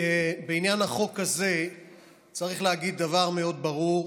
בעניין החוק הזה צריך להגיד דבר מאוד ברור: